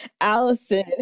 Allison